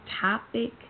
topic